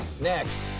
next